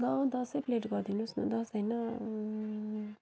नौ दसै प्लेट गरिदिनुहोस् न दस होइन